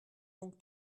donc